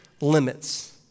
limits